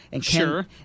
Sure